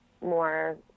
more